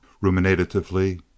ruminatively